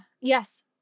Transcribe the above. Yes